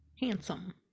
handsome